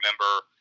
remember